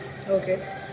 Okay